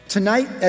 Tonight